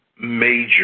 major